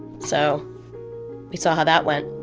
so we saw how that went.